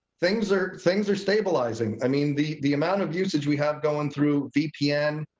things are things are stabilizing. i mean the the amount of usage we have going through vpn,